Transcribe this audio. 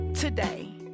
Today